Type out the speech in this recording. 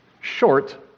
short